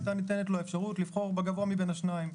היתה ניתנת לו האפשרות לבחור בגבוה מבין השניים: